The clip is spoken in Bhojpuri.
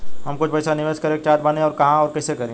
हम कुछ पइसा निवेश करे के चाहत बानी और कहाँअउर कइसे करी?